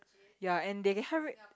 ya and they hurry